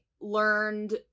learned